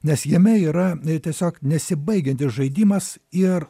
nes jame yra tiesiog nesibaigiantis žaidimas ir